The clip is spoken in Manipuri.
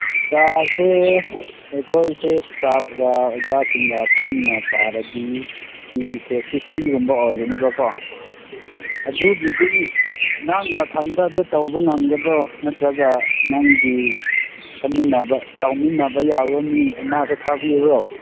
ꯀ꯭ꯂꯥꯁꯁꯦ ꯑꯩꯈꯣꯏꯁꯦ ꯏꯁꯇꯥꯞꯀ ꯑꯣꯖꯥꯁꯤꯡꯒ ꯄꯨꯟꯅ ꯄꯥꯔꯗꯤ ꯃꯤꯁꯦ ꯐꯤꯞꯇꯤꯒꯨꯝꯕ ꯑꯣꯏꯕꯅꯤꯕꯀꯣ ꯑꯗꯨꯕꯨꯗꯤ ꯅꯪ ꯅꯊꯟꯗꯇ ꯇꯧꯕ ꯉꯝꯒꯗ꯭ꯔꯣ ꯅꯠꯇ꯭ꯔꯒ ꯅꯪꯒꯤ ꯆꯠꯃꯤꯟꯅꯕ ꯇꯧꯃꯤꯟꯅꯕ ꯌꯥꯕ ꯃꯤ ꯑꯃꯁꯨ ꯊꯥꯕꯤꯌꯨꯔꯣ